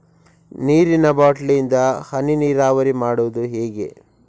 ನೀರಿನಾ ಬಾಟ್ಲಿ ಇಂದ ಹನಿ ನೀರಾವರಿ ಮಾಡುದು ಹೇಗೆ?